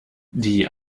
die